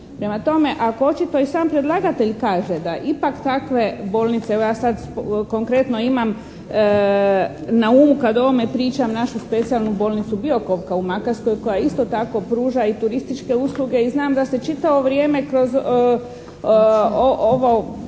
Prema tome, ako očito i sam predlagatelj kaže da ipak takve bolnice, evo ja sad konkretno imam na umu kad o ovome pričam našu specijalnu bolnicu Biokovo kao u Makarskoj koja isto tako pruža i turističke usluge i znam da se čitavo vrijeme kroz ovo